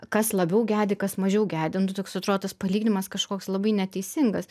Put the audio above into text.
kas labiau gedi kas mažiau gedi nu toks atrodo tas palyginimas kažkoks labai neteisingas